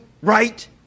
right